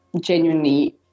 genuinely